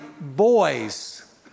boys